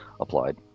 applied